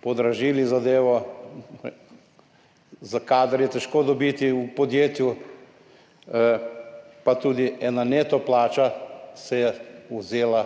podražili zadevo. V podjetju je težko dobiti kader, pa tudi ena neto plača se je vzela